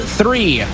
three